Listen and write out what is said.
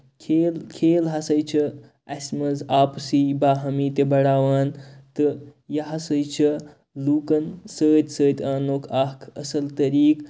کھیل کھیل ہسا چھِ اَسہِ منٛز آپسی باہمی تہِ بَڑاوان تہٕ یہِ ہسا چھِ لُکَن سۭتۍ سۭتۍ آننُک اکھ اَصٕل طٔریٖقہٕ